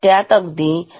त्यात अगदी 0